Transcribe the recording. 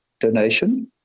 donation